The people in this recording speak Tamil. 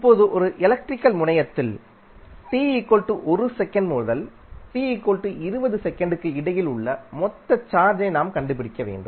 இப்போது ஒரு எலக்ட்ரிக்கல் முனையத்தில் t 1 செகண்ட் முதல் t 2 0செகண்ட்க்கு இடையில் உள்ள மொத்த சார்ஜை நாம் கண்டுபிடிக்க வேண்டும்